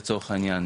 לצורך העניין,